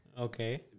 Okay